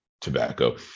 tobacco